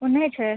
ओनै छै